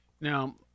Now